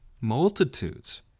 Multitudes